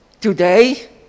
today